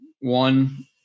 one